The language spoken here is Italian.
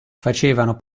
facevano